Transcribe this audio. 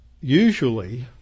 usually